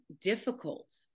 difficult